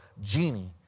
genie